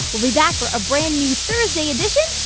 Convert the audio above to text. we'll be back for a brand new thursday edition.